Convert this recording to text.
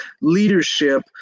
leadership